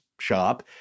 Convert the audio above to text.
shop